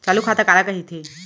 चालू खाता काला कहिथे?